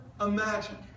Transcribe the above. imagine